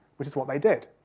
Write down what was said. which is what they did.